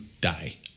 die